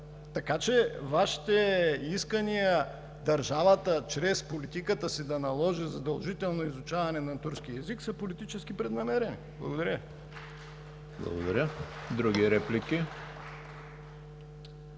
Така че Вашите искания държавата чрез политиката си да наложи задължително изучаване на турски език са политически преднамерени. Благодаря Ви. (Ръкопляскания